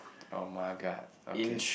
oh-my-god okay